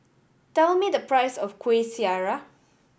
tell me the price of Kuih Syara